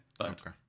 Okay